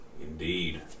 Indeed